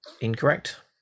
Incorrect